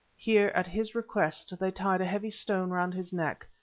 here, at his request, they tied a heavy stone round his neck,